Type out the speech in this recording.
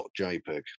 .jpg